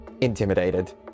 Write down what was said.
intimidated